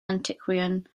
antiquarian